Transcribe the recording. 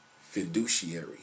fiduciary